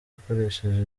akoresheje